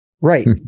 Right